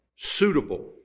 suitable